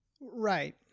right